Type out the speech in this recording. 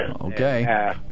Okay